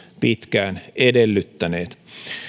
pitkään edellyttäneet